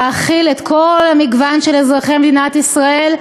להכיל את כל המגוון של אזרחי מדינת ישראל,